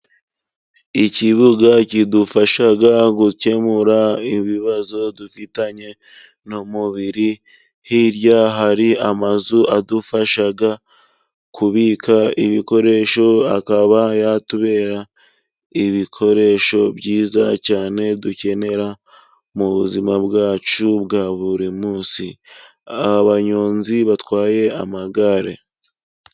Ikibuga kidufasha gukemura ibibazo dufitanye n' umubiri, hirya hari amazu adufasha kubika ibikoresho, akaba yatubera ibikoresho byiza cyane dukenera mu buzima bwacu bwa buri munsi. Abanyonzi batwaye amagare.